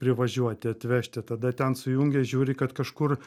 privažiuoti atvežti tada ten sujungia žiūri kad kažkur